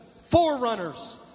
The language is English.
forerunners